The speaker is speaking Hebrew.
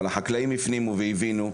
החקלאים הפנימו והבינו,